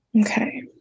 Okay